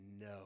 no